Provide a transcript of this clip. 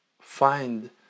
find